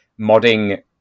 modding